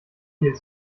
viel